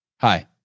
Hi